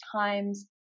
times